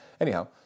Anyhow